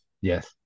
Yes